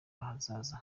ahazaza